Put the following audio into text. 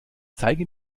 zeige